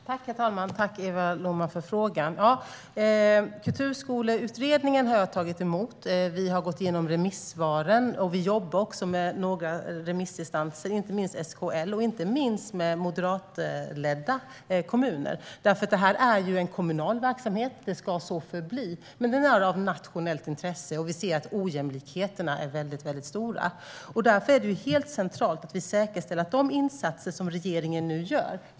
Herr talman! Tack, Eva Lohman, för frågan! Kulturskoleutredningen har jag tagit emot. Vi har gått igenom remissvaren, och vi jobbar med några remissinstanser - inte minst med SKL och med moderatledda kommuner. Detta är ju en kommunal verksamhet och ska så förbli. Men den är av nationellt intresse, och vi ser att ojämlikheterna är väldigt stora. Därför är det helt centralt att vi säkerställer att de insatser som regeringen nu gör sker på rätt sätt.